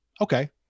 Okay